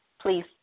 Please